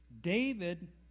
David